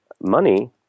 money